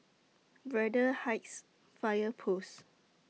Braddell Heights Fire Post